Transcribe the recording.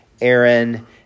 Aaron